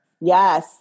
Yes